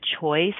choice